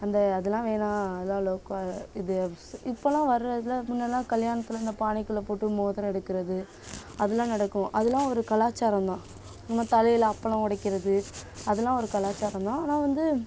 அந்த அதலாம் வேணாம் அதலாம் லோக்கல் இது இப்போலாம் வர்றதில் முன்னேலாம் கல்யாணத்தில் இந்த பானைக்குள்ளே போட்டு மோதிரம் எடுக்கிறது அதலாம் நடக்கும் அதலாம் ஒரு கலாச்சாரந்தான் இவங்க தலையில் அப்பளம் உடைக்கிறது அதலாம் ஒரு கலாச்சாரந்தான் ஆனால் வந்து